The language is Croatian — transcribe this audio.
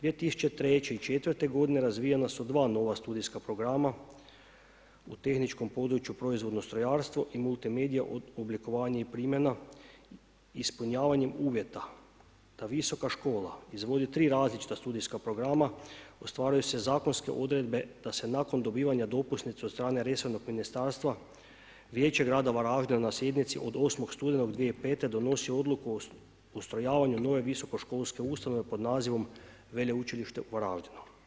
2003. i '4. godine razvijana su dva nova studijska programa u tehničkom području proizvodno strojarstvo i multimedija od oblikovanje i primjena ispunjavanjem uvjeta da visoka škola izvodi 3 različita studijska programa, ostvaruje se zakonske odredbe da se nakon dobivanja dopusnice od strane resornog ministarstva Vijeće grada Varaždina na sjednici od 8. studenog 2005. donosi odluku o ustrojavanju nove visokoškolske ustanove pod nazivom Veleučilište u Varaždinu.